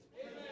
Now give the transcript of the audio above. Amen